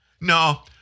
No